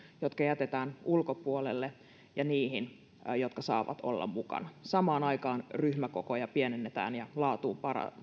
jotka jätetään ulkopuolelle ja niihin jotka saavat olla mukana samaan aikaan ryhmäkokoja pienennetään ja laatua